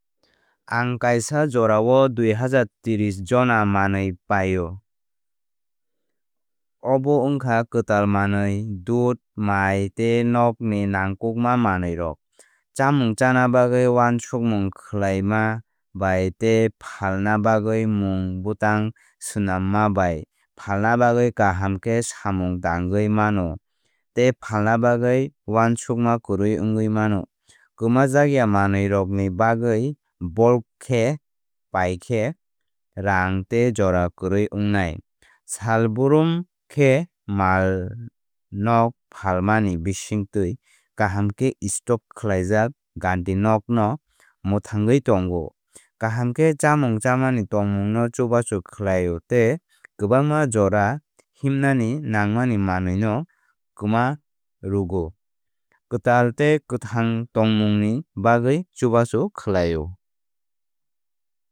Ang kaisa jorao dui hazar trish jona manwi paio. Obo wngkha kwtal manwi dudh mai tei nokni nangkukma manwirok. Chamung chana bagwi wansukmung khlaima bai tei phalna bagwi mung bwtang swnamma bai phalna bagwi kaham khe samung tangwi mano tei phalna bagwi uansukma kwrwi wngwi mano. Kwmajakya manwirokni bagwi bulk khe paikhe rang tei jora kwrwi wngnai. Salborom khe malnok phalmani bisingtwi kaham khe stock khlaijak gantinok no mwthangwi tongo. Kaham khe chámung chámani tongmung no chubachu khlaio tei kwbangma jora himnani nangmani manwi no kwma rwgo. Kwtal tei kwthang tongmungni bagwi chubachu khlaio.